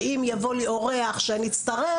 שאם יבוא לי אורח שאני אצטרך,